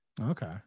Okay